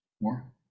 More